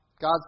God